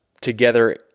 together